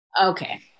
okay